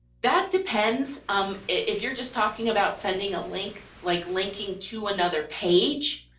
that depends um if you're just talking about sending a link like linking to another page,